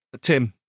Tim